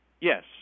Yes